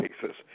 cases